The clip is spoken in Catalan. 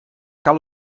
cal